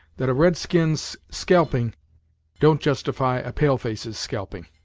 that a red-skin's scalping don't justify a pale-face's scalping.